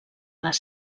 les